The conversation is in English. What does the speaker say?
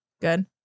good